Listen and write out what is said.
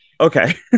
Okay